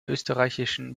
österreichischen